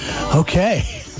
Okay